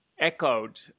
echoed